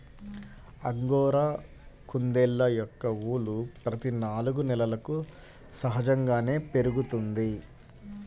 angora కుందేళ్ళ యొక్క ఊలు ప్రతి నాలుగు నెలలకు సహజంగానే పెరుగుతుంది